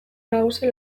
nagusi